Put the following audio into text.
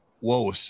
Whoa